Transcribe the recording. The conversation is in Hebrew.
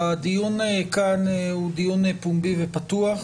הדיון כאן הוא דיון פומבי ופתוח,